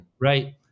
right